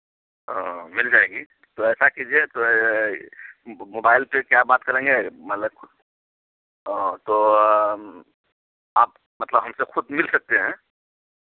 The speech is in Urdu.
ہاں مل جائے گی تو ایسا کیجیے تو موبائل پہ کیا بات کریں گے مطلب تو آپ مطلب ہم سے خود مل سکتے ہیں